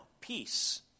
peace